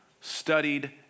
studied